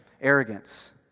Arrogance